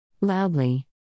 Loudly